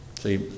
See